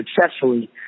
successfully